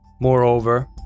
Moreover